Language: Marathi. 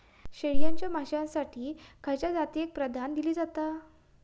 शेळीच्या मांसाएसाठी खयच्या जातीएक प्राधान्य दिला जाता?